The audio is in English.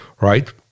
right